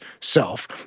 self